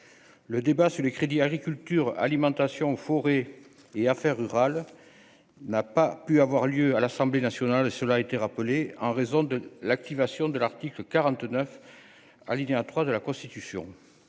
le débat sur les crédits, agriculture, alimentation, forêt et affaires rurales n'a pas pu avoir lieu à l'Assemblée nationale, cela a été rappelé en raison de l'activation de l'article 49 alinéa 3 de la Constitution,